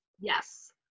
Yes